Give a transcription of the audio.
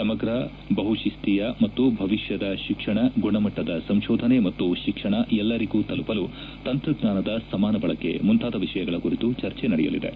ಸಮಗ್ರ ಬಹುತಿಸ್ತೀಯ ಮತ್ತು ಭವಿಷ್ಠದ ಶಿಕ್ಷಣ ಗುಣಮಟ್ಟದ ಸಂಶೋಧನೆ ಮತ್ತು ಶಿಕ್ಷಣ ಎಲ್ಲರಿಗೂ ತಲುಪಲು ತಂತ್ರಜ್ಞಾನದ ಸಮಾನ ಬಳಕೆ ಮುಂತಾದ ವಿಷಯಗಳ ಕುರಿತು ಚರ್ಚೆ ನಡೆಯಲಿವೆ